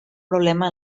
problema